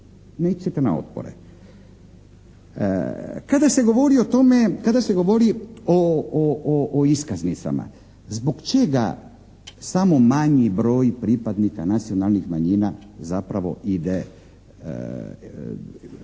ćete na otpore. Kada se govori o tome, kada se govori o iskaznicama. Zbog čega samo manji broj pripadnika nacionalnih manjina zapravo ide